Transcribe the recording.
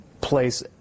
place